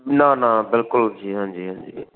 ਨਾ ਨਾ ਬਿਲਕੁਲ ਜੀ ਹਾਂਜੀ ਹਾਂਜੀ